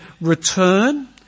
return